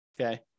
okay